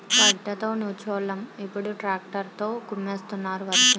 గడ్డతో నూర్చోలు ఇప్పుడు ట్రాక్టర్ తో కుమ్మిస్తున్నారు వరిసేనుని